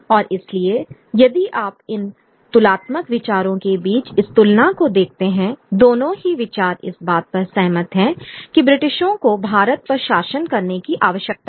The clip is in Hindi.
और इसलिए यदि आप इन तुलनात्मक विचारों के बीच इस तुलना को देखते हैंदोनों ही विचार इस बात पर सहमत हैं कि ब्रिटिशों को भारत पर शासन करने की आवश्यकता है